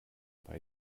bei